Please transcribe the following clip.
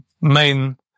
main